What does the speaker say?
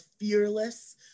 fearless